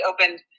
opened